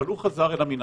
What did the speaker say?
אבל הוא חזר אל המינהל.